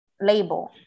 label